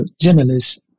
journalists